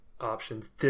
options